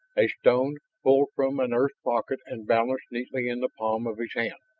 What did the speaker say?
a stone pulled from an earth pocket and balanced neatly in the palm of his hand.